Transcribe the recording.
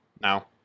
Now